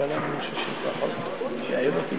אדוני היושב-ראש, חברי הכנסת,